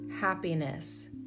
happiness